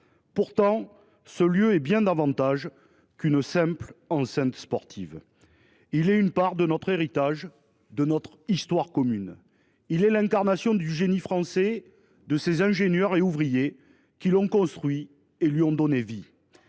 Or ce lieu est bien davantage qu’une simple enceinte sportive. Il est une part de notre héritage et de notre histoire commune. Il est l’incarnation du génie français, des ingénieurs et ouvriers qui l’ont construit et lui ont donné vie.